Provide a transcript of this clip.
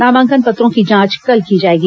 नामांकन पत्रों की जांच कल की जाएगी